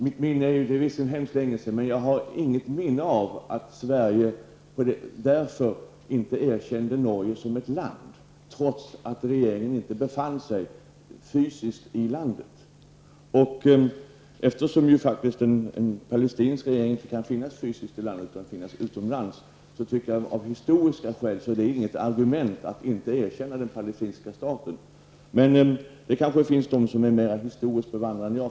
Det är visserligen hemskt länge sedan, men jag har inget minne av att Sverige därför inte erkände Norge som ett land, trots att dess regering inte fysiskt befann sig i landet. Eftersom en palestinsk regering inte kan befinna sig i landet fysiskt utan måste finnas utomlands är det inget argument för att inte erkänna den palestinska staten. Men det kanske finns de som är mer historiskt bevandrade än jag.